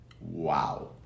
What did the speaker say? Wow